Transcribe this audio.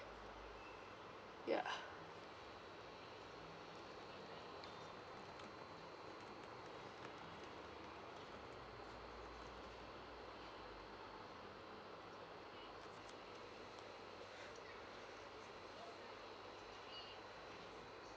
ya